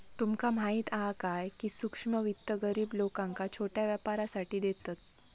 तुमका माहीत हा काय, की सूक्ष्म वित्त गरीब लोकांका छोट्या व्यापारासाठी देतत